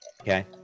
Okay